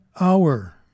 hour